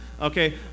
Okay